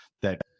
that-